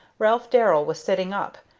ralph darrell was sitting up,